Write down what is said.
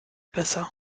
besser